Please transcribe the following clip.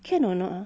can or not ah